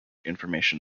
information